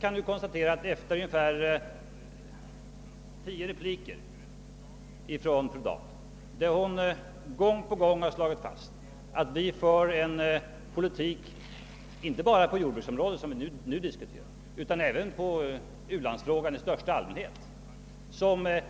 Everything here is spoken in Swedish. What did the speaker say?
Jag kan konstatera, att under cirka tio repliker — där fru Dahl gång på gång påstått att vi för en politik inte bara på jordbruksområdet, som nu diskuteras, utan även när det gäller ulandsfrågan i största allmänhet som